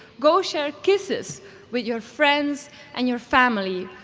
go share kisses with your friends and your family,